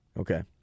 Okay